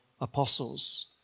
apostles